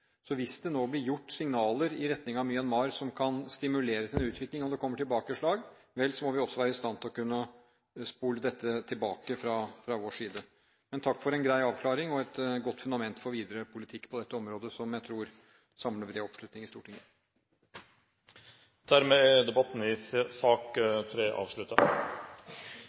Hvis det nå kommer signaler i retning av Myanmar som kan stimulere til en utvikling, og det kommer tilbakeslag, vel, så må vi også være i stand til å kunne spole dette tilbake fra vår side. Takk for en grei avklaring og et godt fundament for videre politikk på dette området, som jeg tror samler bred oppslutning i Stortinget. Dermed er debatten i sak